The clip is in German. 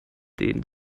den